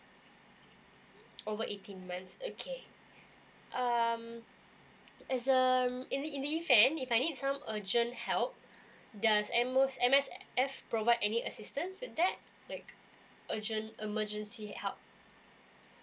over eighteen months okay um as um in in the event if I need some urgent help does M_O M_S_F provide any assistance with that like urgent emergency help